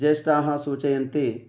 ज्येष्ठाः सूचयन्ति